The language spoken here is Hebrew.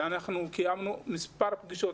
קיימנו מספר פגישות,